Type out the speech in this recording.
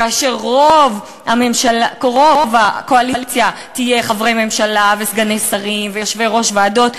כאשר רוב הקואליציה יהיה חברי ממשלה וסגני שרים ויושבי-ראש ועדות,